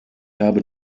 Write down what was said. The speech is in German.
habe